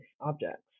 objects